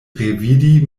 revidi